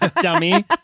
Dummy